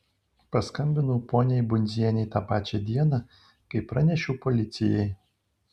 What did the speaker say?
paskambinau poniai bundzienei tą pačią dieną kai pranešiau policijai